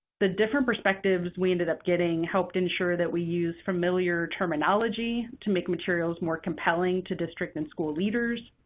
the different perspectives we ended up getting helped ensure that we use familiar terminology to make materials more compelling to district and school leaders,